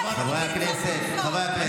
חברת הכנסת גוטליב.